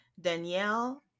danielle